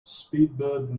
speedbird